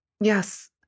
Yes